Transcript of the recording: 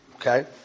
Okay